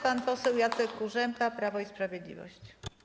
Pan poseł Jacek Kurzępa, Prawo i Sprawiedliwość.